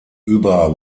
über